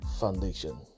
Foundation